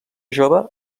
jove